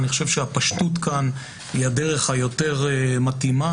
אני חושב שהפשטות כאן היא הדרך היותר מתאימה.